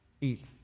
eat